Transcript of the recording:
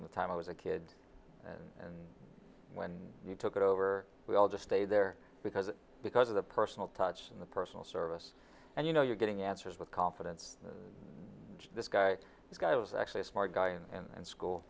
in the time i was a kid and when you took it over we all just stay there because because of the personal touch in the personal service and you know you're getting answers with confidence this guy this guy was actually a smart guy and school